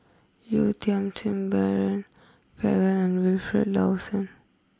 Yeo Tiam Siew Brian Farrell and Wilfed Lawson